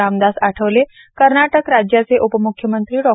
रामदास आठवले कर्नाटक राज्याचे उपमुख्यमंत्री डॉ